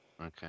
Okay